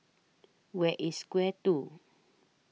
Where IS Square two